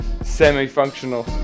semi-functional